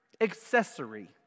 accessory